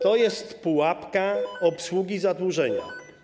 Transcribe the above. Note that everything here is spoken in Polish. To jest pułapka obsługi zadłużenia.